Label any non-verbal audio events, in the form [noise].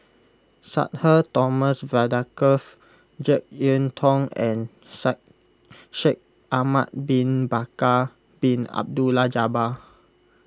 Sudhir Thomas Vadaketh Jek Yeun Thong and [unintelligible] Shaikh Ahmad Bin Bakar Bin Abdullah Jabbar